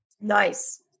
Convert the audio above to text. nice